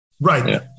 Right